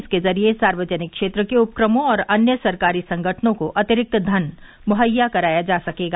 इसके जरिये सार्वजनिक क्षेत्र के उपक्रमों और अन्य सरकारी संगठनों को अतिरिक्त धन मुहैया कराया जा सकेगा